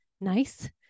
nice